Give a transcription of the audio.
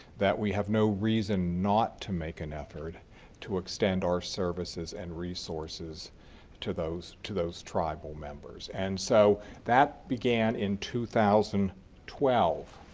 that we have no reason not to make an effort to extend our services and resources to those to those tribal members. and so that began in two thousand and twelve